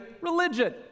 religion